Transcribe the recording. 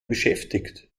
beschäftigt